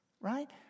Right